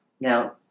Now